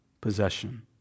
possession